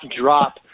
drop